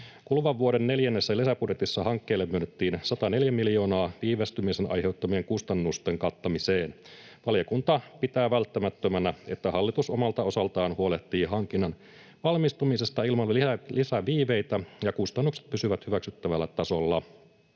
Kuluvan vuoden neljännessä lisäbudjetissa hankkeelle myönnettiin 104 miljoonaa viivästymisen aiheuttamien kustannusten kattamiseen. Valiokunta pitää välttämättömänä, että hallitus omalta osaltaan huolehtii hankinnan valmistumisesta ilman lisäviiveitä ja että kustannukset pysyvät hyväksyttävällä tasolla.